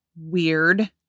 Weird